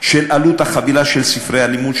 של עלות החבילה של ספרי הלימוד,